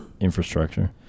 Infrastructure